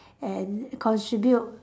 and contribute